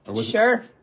Sure